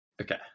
Okay